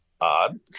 odd